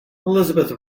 elizabeth